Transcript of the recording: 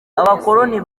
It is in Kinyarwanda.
abakoloni